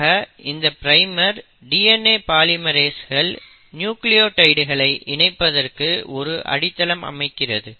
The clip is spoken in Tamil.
ஆக இந்த பிரைமர் DNA பாலிமெரேஸ்கள் நியூக்ளியோடைட்களை இணைப்பதற்க்கு ஒரு அடித்தளம் அமைக்கிறது